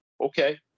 okay